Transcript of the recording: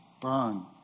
burn